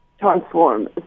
transform